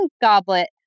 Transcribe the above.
goblet